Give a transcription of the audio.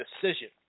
decision